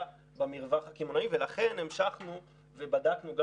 במרווח הקמעונאי ולכן המשכנו ובדקנו,